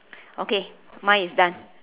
okay mine is done